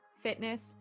fitness